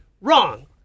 wrong